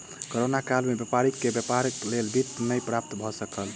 corona काल में व्यापारी के व्यापारक लेल वित्त नै प्राप्त भ सकल